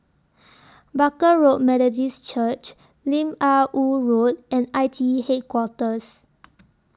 Barker Road Methodist Church Lim Ah Woo Road and I T E Headquarters